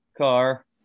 car